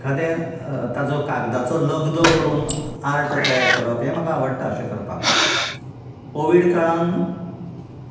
एकादें ताचो कागदाचो लग्दो करून आर्ट तयार करप हें म्हाका आवडटा अशें करपाक कोवीड काळांत